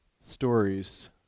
stories